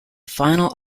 final